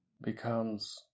becomes